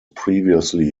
previously